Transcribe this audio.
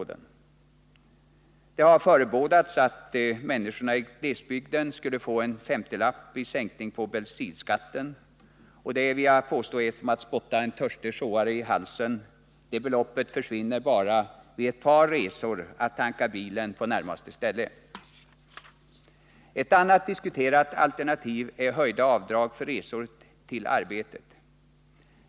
Det har förebådats att människorna i glesbygden skall få bensinskatten sänkt med en femtiolapp. Det är, vill jag påstå, som att spotta en törstig sjåare i halsen. Det beloppet försvinner på ett par tankningar av bilen. Ett annat diskuterat alternativ är höjda avdrag för resor till arbetet.